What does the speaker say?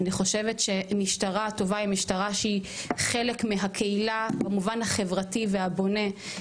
אני חושבת שמשטרה טובה היא משטרה שהיא חלק מהקהילה במובן החברתי והבונה.